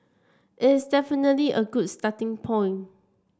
it is definitely a good starting point